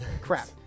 crap